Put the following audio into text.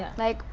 like.